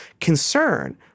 concern